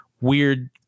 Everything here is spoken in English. weird